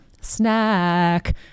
snack